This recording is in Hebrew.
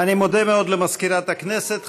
אני מודה מאוד למזכירת הכנסת.